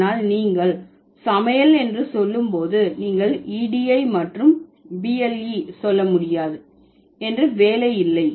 ஆனால் நீங்கள் சமையல் என்று சொல்லும் போது நீங்கள் edi மற்றும் ble சொல்ல முடியாது என்று வேலை இல்லை